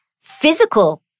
physical